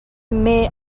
meh